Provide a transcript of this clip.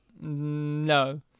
No